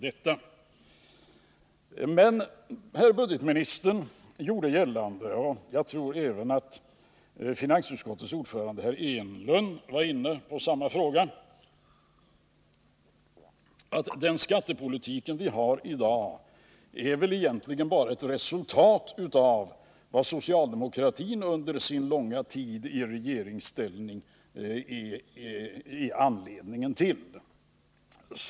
Herr budgetministern gjorde gällande, och jag tror att även finansutskottets ordförande, herr Enlund, var inne på samma sak, att den skattepolitik vi har i dag egentligen bara är ett resultat av vad socialdemokratin under sin långa tid i regeringsställning är anledning till.